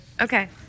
Okay